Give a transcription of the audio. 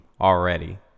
already